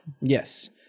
Yes